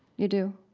you do?